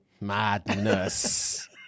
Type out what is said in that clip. Madness